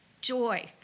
joy